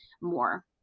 more